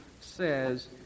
says